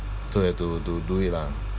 so you have to to do it lah